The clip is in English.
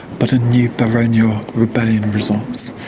but a new baronial rebellion results,